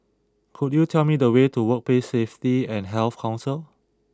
could you tell me the way to Workplace Safety and Health Council